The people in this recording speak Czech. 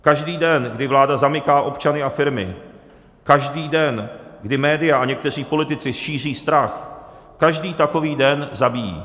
Každý den, kdy vláda zamyká občany a firmy, každý den, kdy média a někteří politici šíří strach, každý takový den zabíjí.